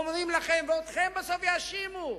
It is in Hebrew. אתכם בסוף יאשימו,